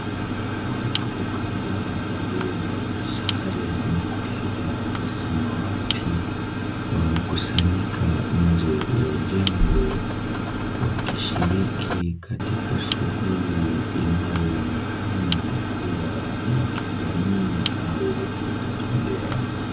Watu kadhaa waliovaa sare na kofia za samawati wamekusanyika nje ya jengo, wakishiriki katika shughuli inayoonekana kuwa ya kijamii au kujitolea.